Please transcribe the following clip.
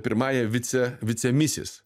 pirmąja vice vice misis